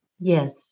Yes